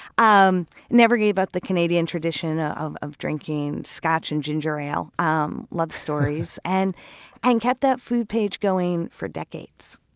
um never gave up the canadian tradition of of drinking scotch and ginger ale, um loved stories, and and kept that food page going for decades